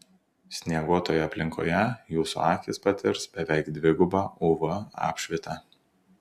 snieguotoje aplinkoje jūsų akys patirs beveik dvigubą uv apšvitą